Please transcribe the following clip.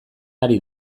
ari